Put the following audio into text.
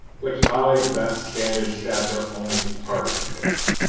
which highlights that standard stats are only part of the picture.